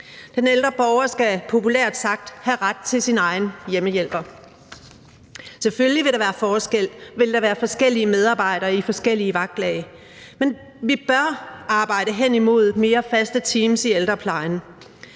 Den ældre borger skal populært sagt have ret til sin egen hjemmehjælper. Selvfølgelig vil der være forskellige medarbejdere i forskellige vagtlag, men vi bør arbejde hen imod mere faste teams i ældreplejen.